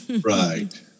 Right